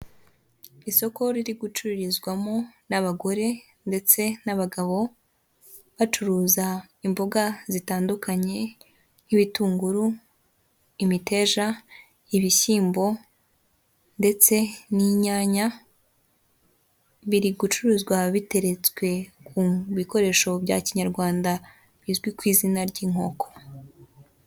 Isoko riri gucururizwamo n'abagore ndetse n'abagabo, bacuruza imboga zitandukanye nk'ibitunguru, imiteja, ibishyimbo, ndetse n'inyanya, biri gucuruzwa biteretswe ku bikoresho bya kinyarwanda bizwi ku izina ry'inkoko.